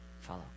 follow